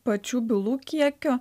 pačių bylų kiekio